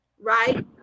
right